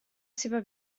seva